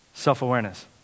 Self-awareness